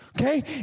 Okay